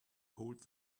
hold